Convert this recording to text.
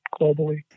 globally